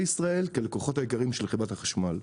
ישראל כלקוחות העיקריים של חברת החשמל.